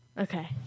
Okay